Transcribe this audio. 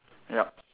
yup